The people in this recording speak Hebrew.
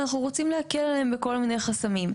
אנחנו רוצים להקל עליהם בכל מיני חסמים.